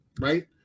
right